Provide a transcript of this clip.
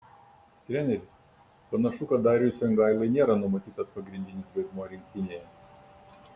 treneri panašu kad dariui songailai nėra numatytas pagrindinis vaidmuo rinktinėje